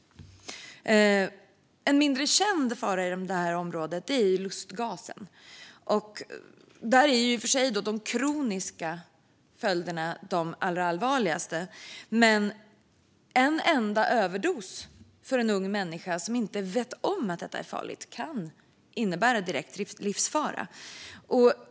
En mindre känd fara på området är lustgasen. De kroniska följderna är allvarliga. En enda överdos för en ung människa som inte vet om att lustgas är farligt kan innebära direkt livsfara.